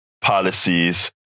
policies